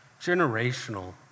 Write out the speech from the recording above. generational